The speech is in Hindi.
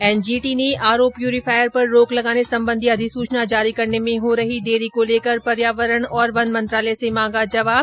एनजीटी ने आरओ प्यूरीफायर पर रोक लगाने संबंधी अधिसूचना जारी करने मे हो रही देरी को लेकर पर्यावरण और वन मंत्रालय से मांगा जवाब